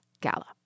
gala